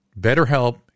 BetterHelp